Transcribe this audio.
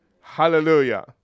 Hallelujah